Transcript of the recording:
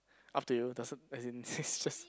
up to you doesn't as in it's just